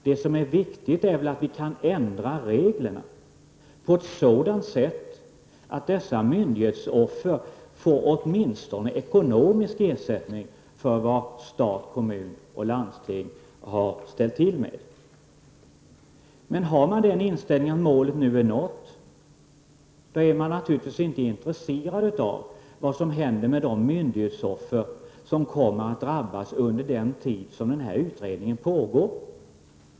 Det viktiga är väl att vi kan ändra reglerna på ett sådant sätt att dessa myndighetsoffer får åtminstone ekonomisk ersättning för vad stat, kommun och landsting har ställt till med. Om man har den inställningen att målet nu är nått, är man naturligtvis inte intresserad av vad som händer med dem som kommer att drabbas av myndigheters utövning under den tid utredningen pågår.